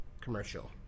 commercial